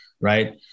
right